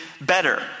better